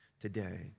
today